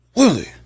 Willie